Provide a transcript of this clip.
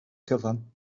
cyfan